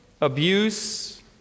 abuse